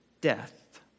death